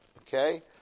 Okay